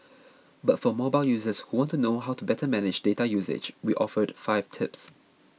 but for mobile users who want to know how to better manage data usage we offered five tips